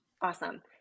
Awesome